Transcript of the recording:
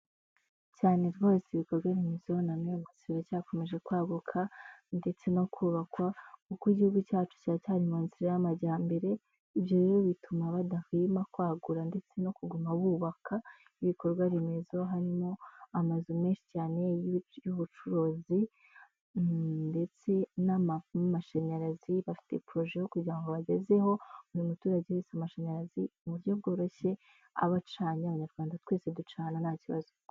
Cyane rwose ibikorwa remezo na n'ubu biracyakomeje kwaguka, ndetse no kubakwa kuko igihugu cyacu cyiracyari mu nzira y'amajyambere, ibyo rero bituma badahwema kwagura ndetse no kuguma bubaka ibikorwa remezo harimo amazu menshi cyane y'ubucuruzi ndetse n' amamashanyarazi bafite puroje kugirango bagezeho uyu muturage wese amashanyarazi mu buryo bworoshye abacanye abanyarwanda twese ducana nta kibazo.